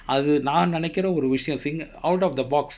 அது நான் நினைக்கிற ஒரு விஷயம்:athu naan ninaikkira oru vishaayam out of the box